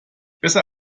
besser